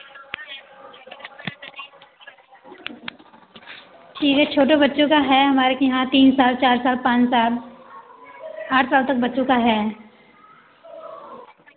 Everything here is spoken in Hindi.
ठीक है छोटे बच्चों का है हमारे यहाँ तीन साल चार साल पाँच साल आठ साल तक बच्चों का है